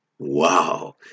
Wow